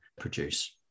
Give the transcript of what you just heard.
produce